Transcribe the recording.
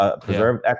preserve